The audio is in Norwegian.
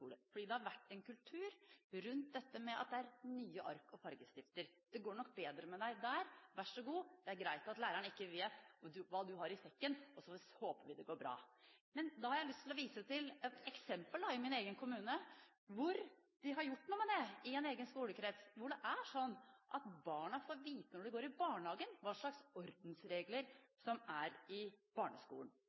Det har vært en kultur rundt dette med nye ark og fargestifter: Det går nok bedre med deg der, vær så god, det er greit at læreren ikke vet hva du har i sekken, og så håper vi det går bra. Jeg har lyst til å vise til et eksempel fra min egen kommune. I en egen skolekrets har man gjort noe med dette. Der er det sånn at når barna går i barnehagen, får de vite hva slags ordensregler som er på barneskolen.